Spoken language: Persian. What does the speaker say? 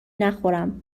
نخورم